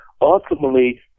Ultimately